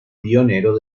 pionero